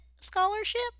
scholarship